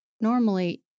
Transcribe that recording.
normally